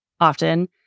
often